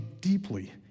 deeply